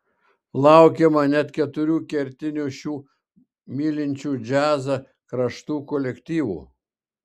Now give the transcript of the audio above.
laukiama net keturių kertinių šių mylinčių džiazą kraštų kolektyvų